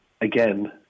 again